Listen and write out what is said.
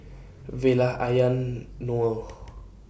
Vella Ayaan Noel